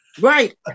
Right